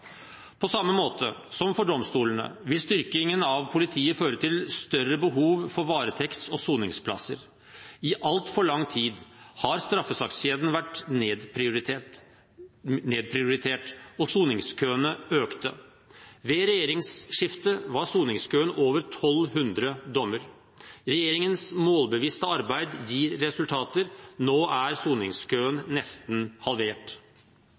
På samme måte som for domstolene vil styrkingen av politiet føre til større behov for varetekts- og soningsplasser. I altfor lang tid har straffesakskjeden vært nedprioritert, og soningskøene økte. Ved regjeringsskiftet var soningskøen over 1 200 dommer. Regjeringens målbevisste arbeid gir resultater, nå er soningskøen nesten halvert.